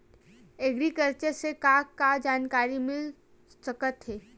Agriculture से का का जानकारी मिल सकत हे?